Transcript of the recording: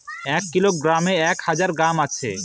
এক কিলোগ্রামে এক হাজার গ্রাম আছে